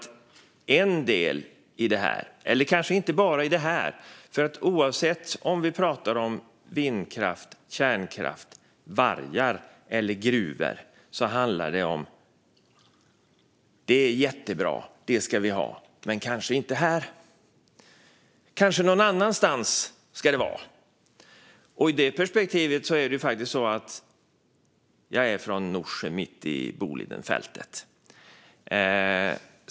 En del i det här och kanske inte bara i det här utan även när vi pratar om vindkraft, kärnkraft, vargar eller gruvor handlar om att man tycker att det är jättebra. Man säger: Det ska vi ha, men kanske inte här. Det ska kanske vara någon annanstans. Jag kommer från Norsjö, mitt i Bolidenfältet.